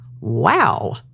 Wow